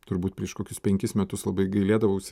turbūt prieš kokius penkis metus labai gailėdavausi